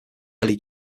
early